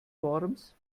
worms